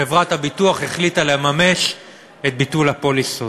חברת הביטוח החליטה לממש את ביטול הפוליסות.